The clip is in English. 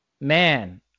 Man